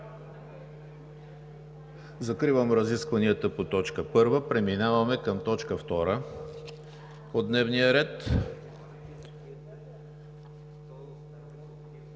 Закривам разискванията по т. 1. Преминаваме към точка втора от дневния ред: